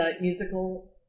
musical